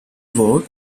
vote